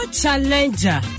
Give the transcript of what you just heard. challenger